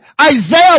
Isaiah